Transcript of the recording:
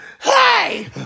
Hey